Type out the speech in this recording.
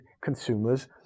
consumers